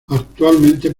actualmente